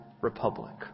republic